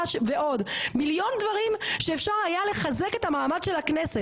ועוד מיליון דברים שאפשר היה לחזק את המעמד של הכנסת.